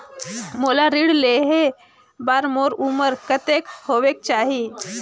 मोला ऋण लेहे बार मोर उमर कतेक होवेक चाही?